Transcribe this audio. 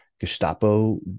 Gestapo